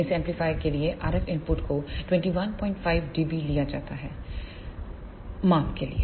इस एम्पलीफायर के लिए RF इनपुट को 215 DB लिया जाता है माप के लिए